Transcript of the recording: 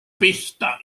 pihta